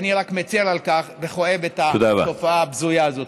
אני רק מצר על כך וכואב את התופעה הבזויה הזאת.